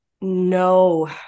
no